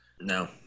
no